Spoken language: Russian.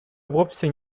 вовсе